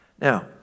Now